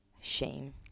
shame